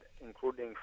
including